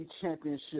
Championship